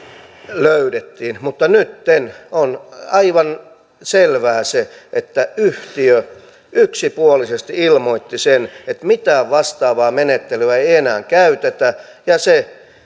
löydettiin mutta nytten on aivan selvää se että yhtiö yksipuolisesti ilmoitti sen että mitään vastaavaa menettelyä ei ei enää käytetä ja se